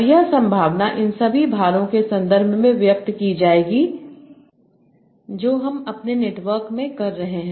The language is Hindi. और यह संभावना इन सभी भारों के संदर्भ में व्यक्त की जाएगी जो हम अपने नेटवर्क में कर रहे हैं